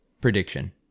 Prediction